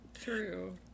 true